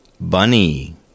bunny